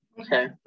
okay